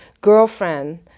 girlfriend